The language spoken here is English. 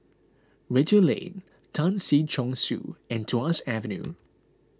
Redhill Lane Tan Si Chong Su and Tuas Avenue